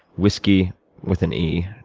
whiskey with an e.